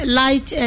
light